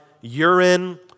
urine